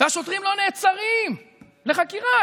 השוטרים לא נעצרים לחקירה.